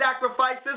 sacrifices